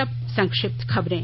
और अब संक्षिप्त खबरें